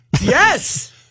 Yes